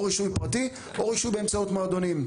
או רישוי פרטי או רישוי באמצעות מועדונים.